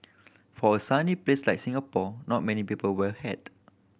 for a sunny place like Singapore not many people wear a hat